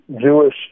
Jewish